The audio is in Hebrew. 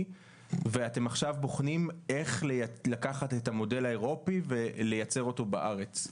ואתם עכשיו בוחנים איך לקחת את המודל האירופאי ולייצר אותו בארץ.